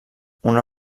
una